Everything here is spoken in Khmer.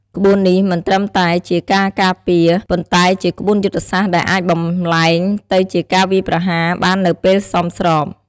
ក្បួននេះមិនត្រឹមតែជាការពារ ប៉ុន្តែជាក្បួនយុទ្ធសាស្ត្រដែលអាចបម្លែងទៅជាការវាយប្រហារបាននៅពេលសមស្រប។